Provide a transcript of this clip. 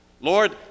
Lord